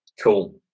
Cool